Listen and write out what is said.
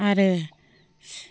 आरो